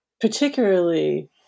particularly